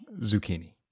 zucchini